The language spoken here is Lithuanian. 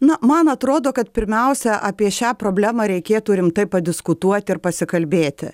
na man atrodo kad pirmiausia apie šią problemą reikėtų rimtai padiskutuot ir pasikalbėti